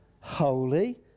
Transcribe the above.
holy